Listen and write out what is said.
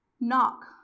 Knock